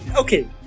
Okay